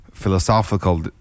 philosophical